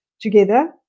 together